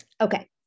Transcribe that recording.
Okay